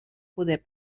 poder